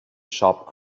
sharp